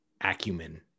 acumen